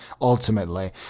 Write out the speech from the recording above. ultimately